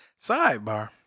Sidebar